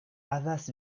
havas